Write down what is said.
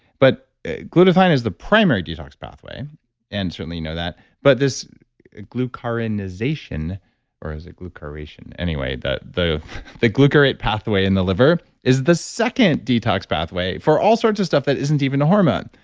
but glutathione is the primary detox pathway and certainly know that, but this glucuronization or is it glucuration, anyway, the the glucarate pathway in the liver is the second detox pathway for all sorts of stuff that isn't even a hormone.